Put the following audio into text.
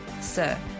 Sir